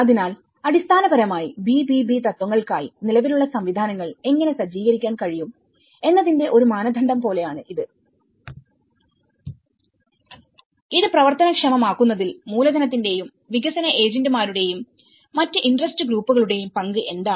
അതിനാൽ അടിസ്ഥാനപരമായി BBB തത്വങ്ങൾക്കായി നിലവിലുള്ള സംവിധാനങ്ങൾ എങ്ങനെ സജ്ജീകരിക്കാൻ കഴിയും എന്നതിന്റെ ഒരു മാനദണ്ഡം പോലെയാണ് ഇത് ഇത് പ്രവർത്തനക്ഷമമാക്കുന്നതിൽ മൂലധനത്തിന്റെയും വികസന ഏജന്റുമാരുടെയും മറ്റ് ഇന്റെറെസ്റ്റ് ഗ്രൂപ്പുകളുടെയും പങ്ക് എന്താണ്